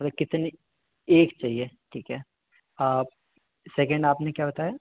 कितनी एक चाहिए ठीक है आप सेकेन्ड हाफ़ में क्या बताए